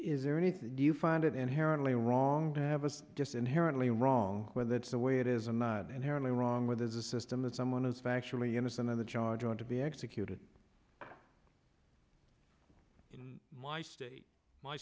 is there anything do you find it inherently wrong to have us just inherently wrong when that's the way it is and not inherently wrong with is a system that someone is factually innocent of the charge on to be executed in my state